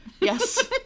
Yes